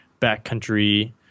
backcountry